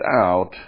out